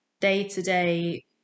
day-to-day